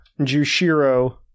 Jushiro